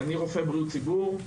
אני רופא בריאות ציבור.